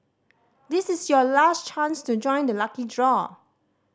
this is your last chance to join the lucky draw